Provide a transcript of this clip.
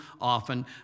often